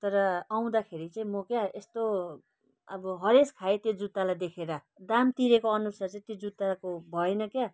तर आँउदाखेरि चाहिँ म क्या यस्तो अब हरेस खाएँ त्यो जुत्तालाई देखेर दाम तिरेको अनुसार चाहिँ त्यो जुत्ताको भएन क्या